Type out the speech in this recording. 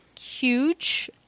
huge